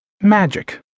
Magic